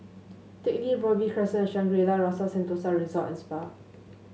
Teck Lee Robey Crescent and Shangri La's Rasa Sentosa Resort and Spa